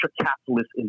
capitalist